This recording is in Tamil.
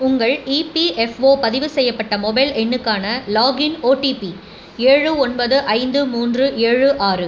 உங்கள் இபிஎஃப்ஓ பதிவு செய்யப்பட்ட மொபைல் எண்ணுக்கான லாகின் ஓடிபி ஏழு ஒன்பது ஐந்து மூன்று ஏழு ஆறு